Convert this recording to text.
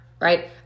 right